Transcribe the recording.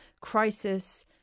crisis